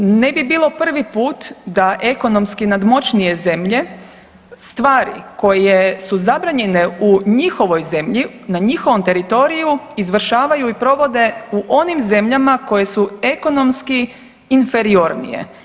Ne bi bilo prvi put da ekonomski nadmoćnije zemlje stvari koje su zabranjene u njihovoj zemlji, na njihovom teritoriju izvršavaju i provode u onim zemljama koje su ekonomski inferiornije.